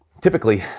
Typically